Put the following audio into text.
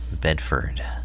Bedford